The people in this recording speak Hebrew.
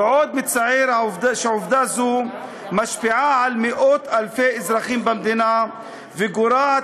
ועוד מצער שעובדה זו משפיעה על מאות-אלפי אזרחים במדינה וגורעת